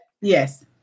yes